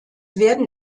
werden